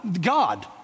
God